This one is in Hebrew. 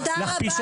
תודה רבה.